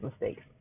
mistakes